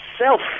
self